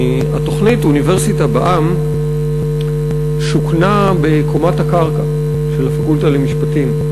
התוכנית "אוניברסיטה בעם" שוכנה בקומת הקרקע של הפקולטה למשפטים.